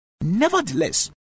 Nevertheless